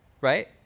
right